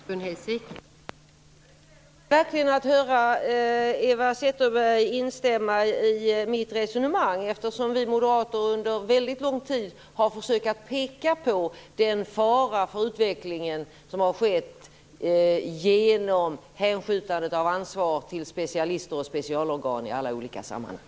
Fru talman! Det gläder mig att höra Eva Zetterberg instämma i mitt resonemang. Vi moderater har ju under väldigt lång tid försökt att peka på den fara för utvecklingen som har skett genom hänskjutandet av ansvar till specialister och specialorgan i alla olika sammanhang.